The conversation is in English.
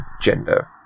gender